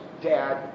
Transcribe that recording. dad